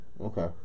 okay